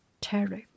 terrible